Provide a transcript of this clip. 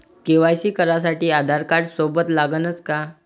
KYC करासाठी आधारकार्ड सोबत लागनच का?